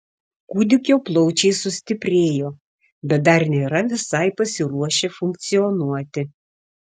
kūdikio plaučiai sustiprėjo bet dar nėra visai pasiruošę funkcionuoti